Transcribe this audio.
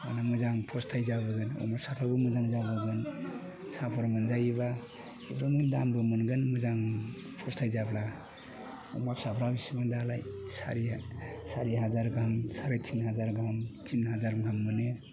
मोजां फस्थाय जागोन साफर मोनजायोबा दामबो मोनगोन मोजां फस्थाय जाब्ला अमा फिसाफ्रा दालाय सारि हाजार गाहाम साराय थिन हाजार गाहाम मोनो